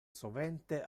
sovente